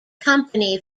company